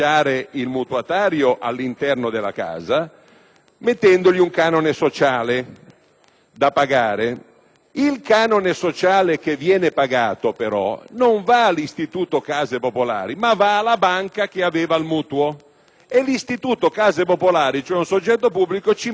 Il canone sociale che viene pagato non va però all'Istituto autonomo case popolari, ma alla banca che aveva erogato il mutuo e l'istituto case popolari, cioè un soggetto pubblico, ci mette la differenza fino ad arrivare al concorso dell'intero canone di mutuo.